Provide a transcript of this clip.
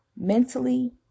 mentally